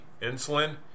Insulin